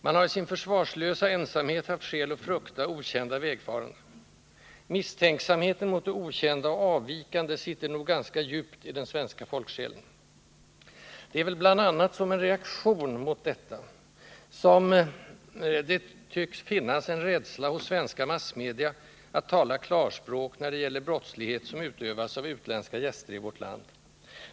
Man har i sin försvarslösa ensamhet haft skäl att frukta okända vägfarande. Misstänksamheten mot det okända och avvikande sitter nog ganska djupt i den svenska folksjälen. Det är väl bl.a. som en reaktion mot detta som det tycks finnas en rädsla hos svenska massmedia att tala klarspråk när det gäller brottslighet som utövas av utländska gäster i vårt land.